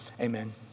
Amen